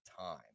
time